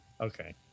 Okay